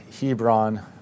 Hebron